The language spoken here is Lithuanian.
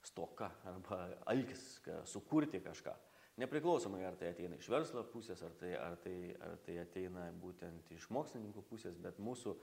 stoka arba alkis ką sukurti kažką nepriklausomai ar tai ateina iš verslo pusės ar tai ar tai ar tai ateina būtent iš mokslininkų pusės bet mūsų